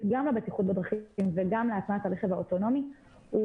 גם לבטיחות בדרכים וגם להטמעת הרכב האוטונומי הוא